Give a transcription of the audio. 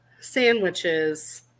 sandwiches